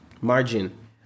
margin